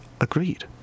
Agreed